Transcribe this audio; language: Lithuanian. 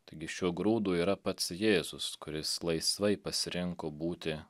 taigi šiuo grūdu yra pats jėzus kuris laisvai pasirinko būti